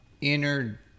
inner